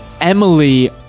Emily